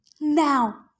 Now